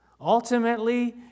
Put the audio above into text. Ultimately